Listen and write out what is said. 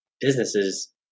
businesses